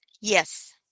Yes